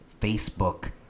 Facebook